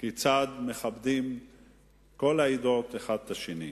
כיצד מכבדות כל העדות אחת את השנייה.